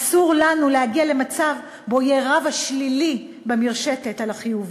אסור לנו להגיע למצב שבו רב השלילי במרשתת על החיובי.